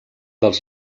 dels